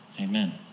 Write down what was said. Amen